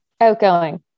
Outgoing